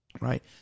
right